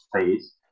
space